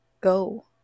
go